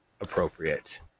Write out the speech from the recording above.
appropriate